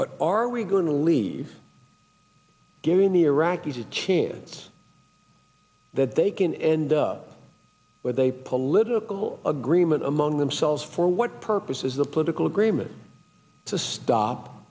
but are we going to leave giving the iraqis a chance that they can end up with a political agreement among themselves for what purposes the political agreement to stop